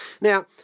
Now